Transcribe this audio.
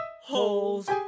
holes